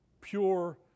pure